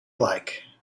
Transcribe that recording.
like